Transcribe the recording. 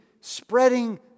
spreading